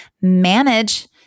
Manage